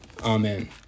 Amen